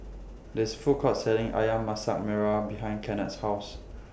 There IS A Food Court Selling Ayam Masak Merah behind Kennard's House